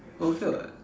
but okay [what]